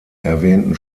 erwähnten